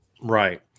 Right